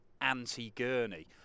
anti-Gurney